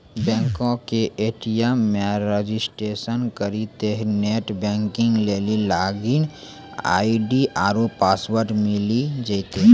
बैंको के ए.टी.एम मे रजिस्ट्रेशन करितेंह नेट बैंकिग लेली लागिन आई.डी आरु पासवर्ड मिली जैतै